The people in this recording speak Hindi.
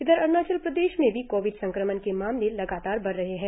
इधर अरुणाचल प्रदेश में भी कोविड संक्रमण के मामले लगातर बढ़ रहे है